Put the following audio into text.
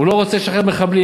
הוא לא רוצה לשחרר מחבלים.